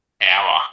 hour